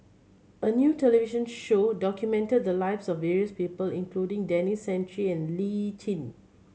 a new television show documented the lives of various people including Denis Santry and Lee Tjin